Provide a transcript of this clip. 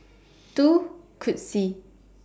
two Cutsy